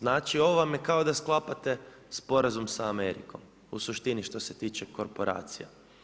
Znači, ovo vam je kao da sklapate sporazum sa Amerikom u suštini što se tiče korporacija.